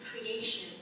creation